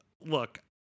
look